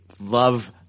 Love